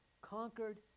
conquered